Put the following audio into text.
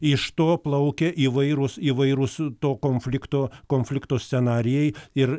iš to plaukia įvairūs įvairūs to konflikto konflikto scenarijai ir